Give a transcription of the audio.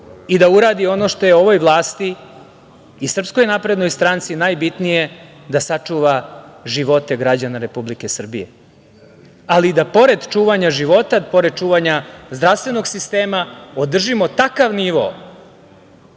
i da uradi ono što je ovoj vlasti i SNS najbitnije, da sačuva živote građana Republike Srbije, ali da i pored čuvanja života, pored čuvanja zdravstvenog sistema, održimo takav nivo